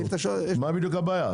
מה הבעיה?